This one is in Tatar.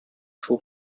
шул